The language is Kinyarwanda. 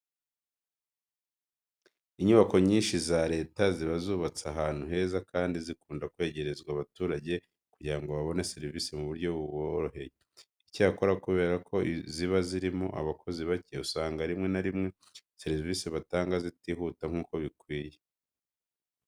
Inyubako nyinshi za leta ziba zubatse ahantu heza kandi zikunda kwegerezwa abaturage kugira ngo babone serivise mu buryo buboroheye. Icyakora kubera ko ziba zirimo abakozi bake, usanga rimwe na rimwe serivise batanga zitihuta nk'uko bikwiye.